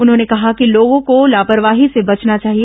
उन्होंने कहा कि लोगो को लापरवाही से बचना चाहिए